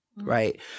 Right